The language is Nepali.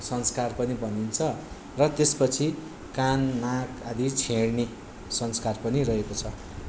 संस्कार पनि भनिन्छ र त्यस पछि कान नाक आदि छेड्ने संस्कार पनि रहेको छ